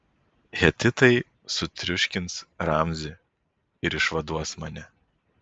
hetitai sutriuškins ramzį ir išvaduos mane